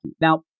Now